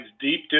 deep